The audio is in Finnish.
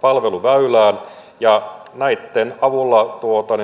palveluväylään ja näitten avulla